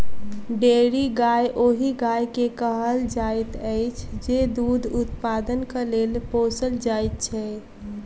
dairy गाय ओहि गाय के कहल जाइत अछि जे दूध उत्पादनक लेल पोसल जाइत छै